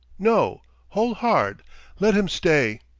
no hold hard let him stay.